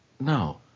No